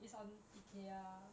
it's on ikea